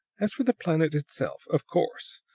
as for the planet itself of course,